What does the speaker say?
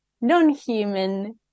non-human